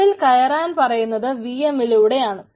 അതിൽ കയറാൻ പറയുന്നത് vm ലൂടെയാണ്